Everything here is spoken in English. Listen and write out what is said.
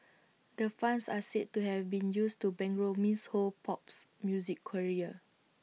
the funds are said to have been used to bankroll miss Ho's pops music career